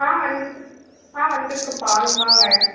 ஆ வந் ஆ வந்துருக்குப்பா நீங்கள் வாங்க